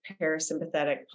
parasympathetic